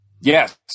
yes